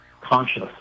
conscious